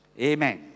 Amen